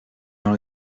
dans